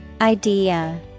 Idea